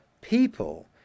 people